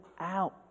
out